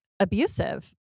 abusive